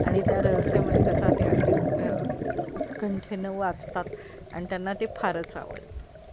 आणि त्या रहस्यमय कथा ते अगदी उत्कंठेनं वाचतात आणि त्यांना ते फारच आवडते